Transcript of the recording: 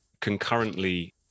concurrently